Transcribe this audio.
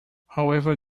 however